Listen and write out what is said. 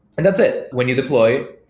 and that's it. when you deploy,